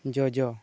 ᱡᱚᱡᱚ